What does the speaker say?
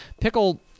Pickle